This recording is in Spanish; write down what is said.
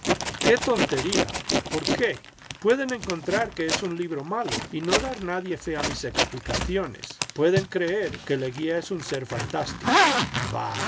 qué tontería por qué pueden encontrar que es un libro malo y no dar nadie fe a mis explicaciones pueden creer que leguía es un ser fantástico jbah